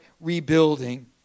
rebuilding